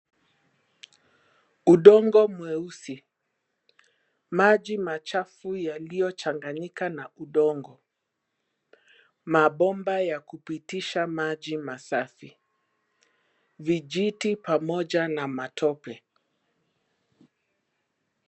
Udongo mweusi. Maji machafu yaliyochanganyika na udongo. Mabomba ya kupitisha ya masafi. Vijiti pamoja na matope.